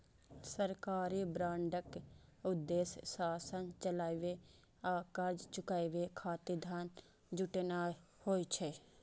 सरकारी बांडक उद्देश्य शासन चलाबै आ कर्ज चुकाबै खातिर धन जुटेनाय होइ छै